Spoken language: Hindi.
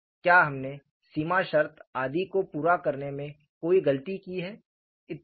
क्या हमने सीमा शर्त आदि को पूरा करने में कोई गलती की है इत्यादि